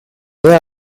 they